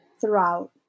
throughout